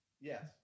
Yes